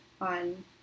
on